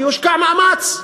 כי הושקע מאמץ.